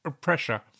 pressure